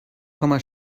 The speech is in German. komma